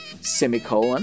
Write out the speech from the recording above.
Semicolon